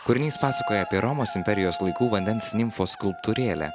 kūrinys pasakoja apie romos imperijos laikų vandens nimfos skulptūrėlę